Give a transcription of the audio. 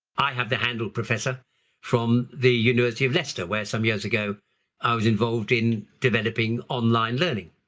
i have the handle professor from the university of leicester, where some years ago i was involved in developing online learning,